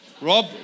Rob